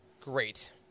great